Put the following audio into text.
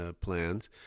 plans